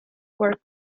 were